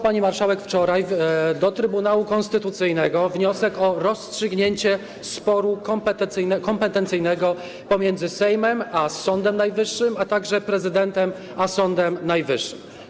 Pani marszałek złożyła wczoraj do Trybunału Konstytucyjnego wniosek o rozstrzygnięcie sporu kompetencyjnego pomiędzy Sejmem a Sądem Najwyższym, a także prezydentem a Sądem Najwyższym.